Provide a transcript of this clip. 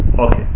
okay